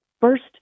first